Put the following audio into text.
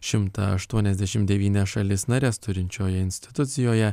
šimtą aštuoniasdešim devynias šalis nares turinčioje institucijoje